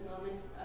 moments